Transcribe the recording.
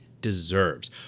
deserves